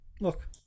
look